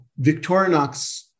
Victorinox